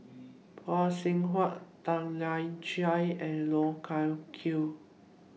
Phay Seng Whatt Tan Lian Chye and Loh Wai Kiew